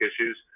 issues